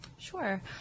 Sure